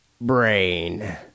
brain